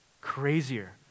crazier